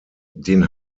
den